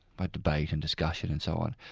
by debate and discussion and so on.